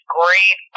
great